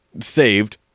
saved